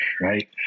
Right